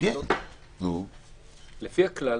לפי הכלל,